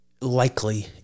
likely